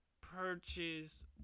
purchase